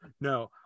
No